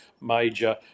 major